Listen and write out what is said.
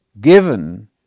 given